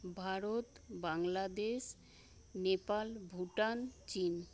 ভারত বাংলাদেশ নেপাল ভুটান চীন